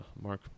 Mark